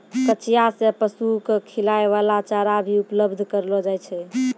कचिया सें पशु क खिलाय वाला चारा भी उपलब्ध करलो जाय छै